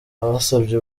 abasabye